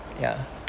ya